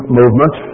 movement